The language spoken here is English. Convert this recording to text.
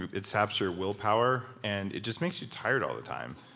it saps your willpower, and it just makes you tired all the time.